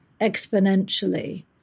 exponentially